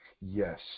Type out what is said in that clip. Yes